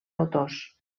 autors